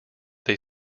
they